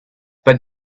but